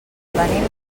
venim